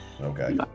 Okay